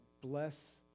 bless